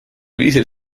viisil